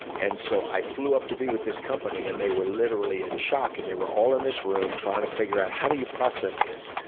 and so i flew up to be with this company, and they were literally in shock. and they were all in this room, trying to figure out how do you process this?